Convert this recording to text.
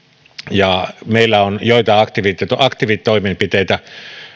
ja meillä on joitain aktiivitoimenpiteitä